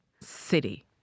city